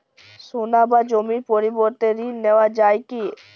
সোনা বা জমির পরিবর্তে ঋণ নেওয়া যায় কী?